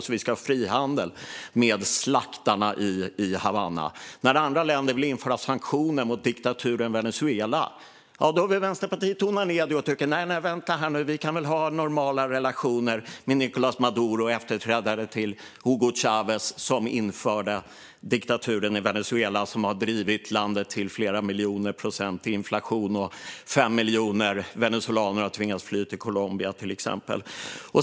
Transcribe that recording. Vi ska alltså ha frihandel med slaktarna i Havanna. När andra länder vill införa sanktioner mot diktaturen i Venezuela vill Vänsterpartiet tona ned detta och säger: Nej, nej, vänta här nu - vi kan väl ha normala relationer med Nicolás Maduro. Maduro är efterträdare till Hugo Chávez, som införde diktaturen i Venezuela och har drivit landet till en inflation på flera miljoner procent så att 5 miljoner venezuelaner har tvingats fly till Colombia, till exempel.